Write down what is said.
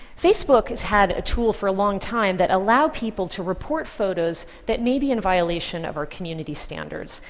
facebook has had a tool for a long time that allowed people to report photos that may be in violation of our community standards,